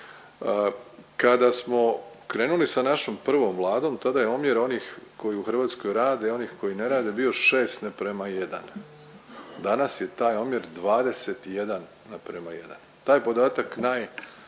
Kada smo krenuli sa našom prvom vladom, tada je omjer onih koji u Hrvatskoj rade i onih koji ne rade bio 6:1, danas je taj omjer 21:1. Taj podatak